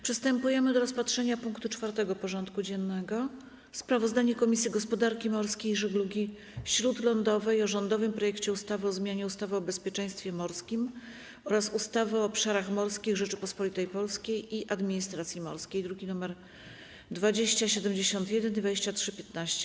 Przystępujemy do rozpatrzenia punktu 4. porządku dziennego: Sprawozdanie Komisji Gospodarki Morskiej i Żeglugi Śródlądowej o rządowym projekcie ustawy o zmianie ustawy o bezpieczeństwie morskim oraz ustawy o obszarach morskich Rzeczypospolitej Polskiej i administracji morskiej (druki nr 2071 i 2315)